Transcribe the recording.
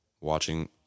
watching